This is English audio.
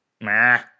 meh